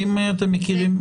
האם אתם מכירים?